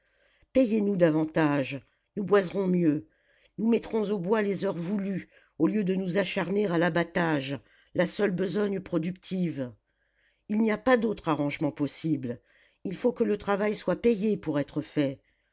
payez nous davantage nous boiserons mieux nous mettrons aux bois les heures voulues au lieu de nous acharner à l'abattage la seule besogne productive il n'y a pas d'autre arrangement possible il faut que le travail soit payé pour être fait